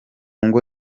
ngo